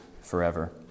forever